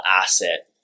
asset